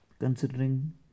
considering